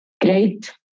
Great